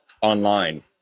online